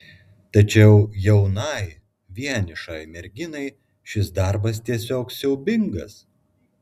tačiau jaunai vienišai merginai šis darbas tiesiog siaubingas